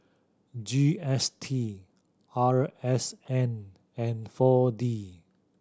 G S T R S N and Four D